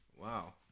Wow